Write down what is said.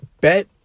bet